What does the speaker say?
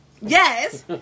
Yes